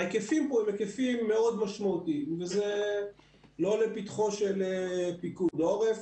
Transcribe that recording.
ההיקפים פה הם היקפים מאוד משמעותיים וזה לא לפתחו של פיקוד עורף.